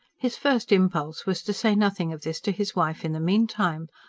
his first impulse was to say nothing of this to his wife in the meantime.